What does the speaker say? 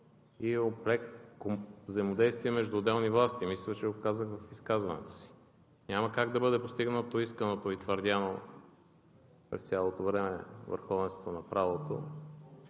и взаимодействие между отделни власти. Мисля, че го казах в изказването си. Няма как да бъде постигнато исканото и твърдяно през цялото време върховенство на правото,